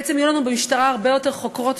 בעצם יהיו לנו במשטרה הרבה יותר חוקרות,